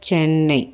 Chennai